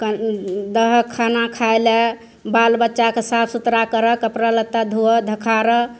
कन दहऽ खाना खाए लए बालबच्चाके साफ सुथड़ा करऽ कपड़ा लत्ता धोअ धखाड़ऽ